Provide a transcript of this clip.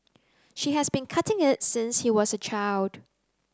she has been cutting it since he was a child